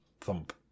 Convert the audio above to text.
thump